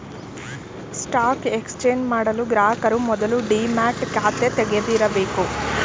stock exchange ಮಾಡಲು ಗ್ರಾಹಕರು ಮೊದಲು ಡಿಮ್ಯಾಟ್ ಖಾತೆ ತೆಗಿದಿರಬೇಕು